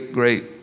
great